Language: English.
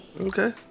Okay